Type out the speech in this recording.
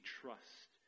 trust